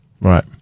Right